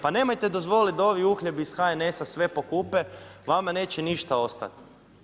Pa nemojte dozvoliti da ovi uhljebi iz HNS-a sve pokupe, vama neće ništa ostati.